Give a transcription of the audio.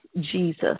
Jesus